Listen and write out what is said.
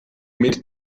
mit